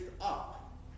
up